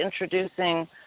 introducing